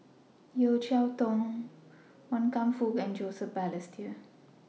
Yeo Cheow Tong Wan Kam Fook and Joseph Balestier